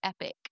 epic